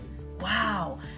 Wow